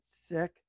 sick